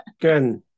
Good